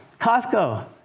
Costco